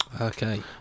Okay